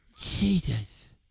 Jesus